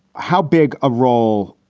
how big a role,